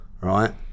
right